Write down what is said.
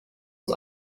uns